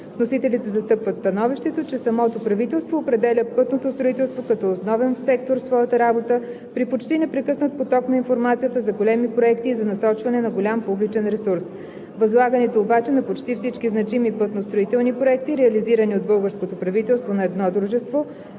Вносителите застъпват становището, че самото правителство определя пътното строителство като основен сектор в своята работа, при почти непрекъснат поток на информацията за големи проекти и за насочване на голям публичен ресурс. Възлагането обаче на почти всички значими пътно-строителни проекти, реализирани от българското правителство, на едно дружество,